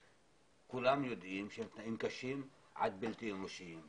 כולם יודעים שהם תנאים קשים עד בלתי אנושיים,